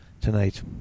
tonight